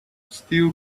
still